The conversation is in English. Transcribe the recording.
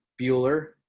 Bueller